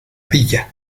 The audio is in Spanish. villa